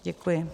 Děkuji.